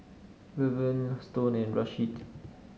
Luverne Stone and Rasheed